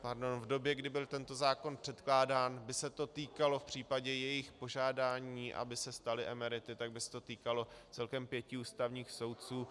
V době, kdy byl tento zákon předkládán, by se to týkalo v případě jejich požádání, aby se stali emerity, tak by se to týkalo celkem pěti ústavních soudců.